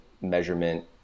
measurement